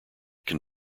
can